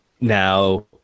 now